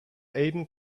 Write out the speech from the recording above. aden